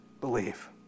believe